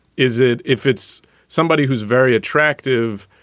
is it if it's somebody who's very attractive?